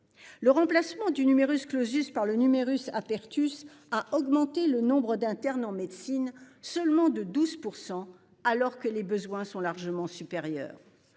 Le remplacement du numerus clausus par le numerus apertus à augmenter le nombre d'internes en médecine seulement de 12% alors que les besoins sont largement supérieur.